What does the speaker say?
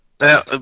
now